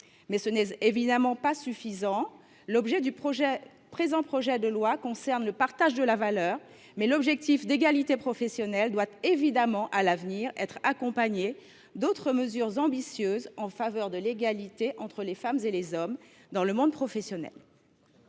ce n’est évidemment pas suffisant. L’objet du présent projet de loi est le partage de la valeur ; mais l’objectif d’égalité professionnelle doit évidemment, à l’avenir, être accompagné d’autres mesures ambitieuses en faveur de l’égalité entre les femmes et les hommes dans le monde professionnel.